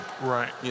Right